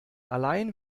allein